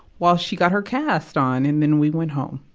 while she got her cast on. and then we went home.